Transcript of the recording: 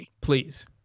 Please